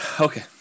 okay